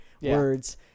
words